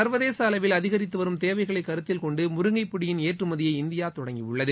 சர்வதேச அளவில் அதிகரித்து வரும் தேவைகளை கருத்தில் கொண்டு முருங்கை பொடியின் ஏற்றுமதியை இந்தியா தொடங்கி உள்ளது